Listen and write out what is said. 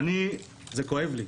זה כואב לי.